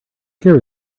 here